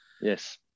yes